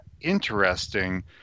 interesting